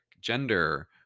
gender